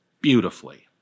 beautifully